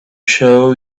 show